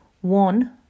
One